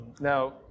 now